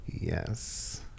Yes